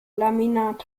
laminat